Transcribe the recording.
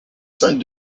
cinq